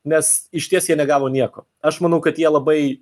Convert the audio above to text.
nes išties jie negavo nieko aš manau kad jie labai